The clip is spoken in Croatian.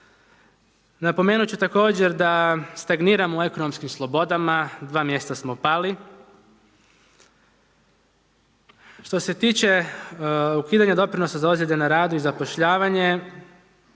Napomenuti ću također da stagniram u ekonomskim slobodama, 2 mjesta smo pali, što se tiče ukidanja doprinosa za ozlijede na radu i na zapošljavanje,